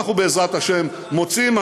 אנחנו, בעזרת השם, מוצאים.